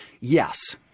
Yes